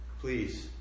please